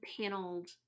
paneled